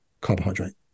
carbohydrate